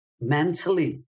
mentally